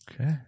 okay